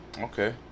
Okay